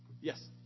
Yes